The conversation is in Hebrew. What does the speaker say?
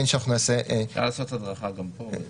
אפשר לעשות הדרכה גם פה.